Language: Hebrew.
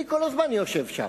אני כל הזמן יושב שם,